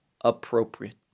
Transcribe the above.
appropriate